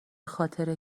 خاطر